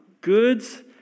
Goods